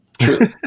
True